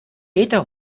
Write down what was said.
meter